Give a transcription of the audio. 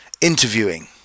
interviewing